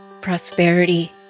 prosperity